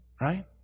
right